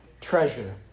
treasure